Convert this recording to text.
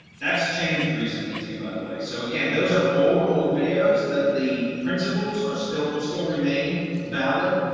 that's changed recently, too, by the way. so again, those are old, old videos, that the principles are still still remain valid.